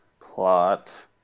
plot